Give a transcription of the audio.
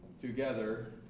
together